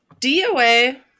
DOA